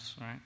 right